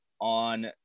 on